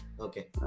okay